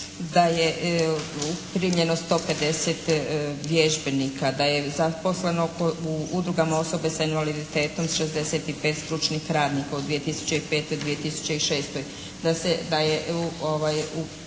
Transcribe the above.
da je primljeno 150 vježbenika, da je zaposleno u udrugama osoba s invaliditetom 65 stručnih radnika u 2005., 2006.,